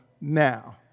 now